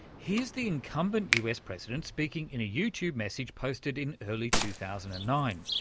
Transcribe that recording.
here's the incumbent us president speaking in a youtube message posted in early two thousand and nine.